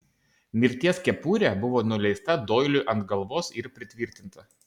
mirties kepurė buvo nuleista doiliui ant galvos ir pritvirtinta